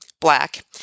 black